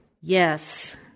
Yes